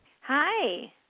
Hi